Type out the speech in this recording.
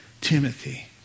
Timothy